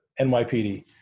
NYPD